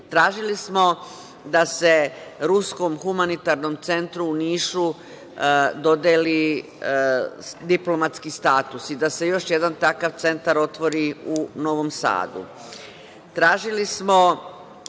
nešto. Tražili smo da se Ruskom humanitarnom centru u Nišu dodeli diplomatski status i da se još jedan takav centar otvori u Novom